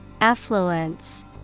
Affluence